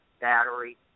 Battery